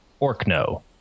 Orkno